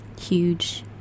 huge